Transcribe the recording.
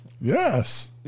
Yes